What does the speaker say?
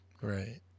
Right